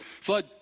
flood